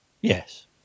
Yes